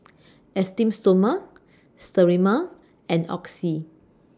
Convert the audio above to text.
Esteem Stoma Sterimar and Oxy